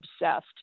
obsessed